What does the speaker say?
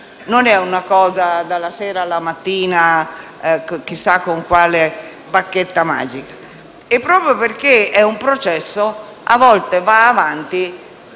non è una cosa che avviene dalla sera alla mattina chissà con quale bacchetta magica. E proprio perché è un processo, a volte va avanti